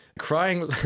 Crying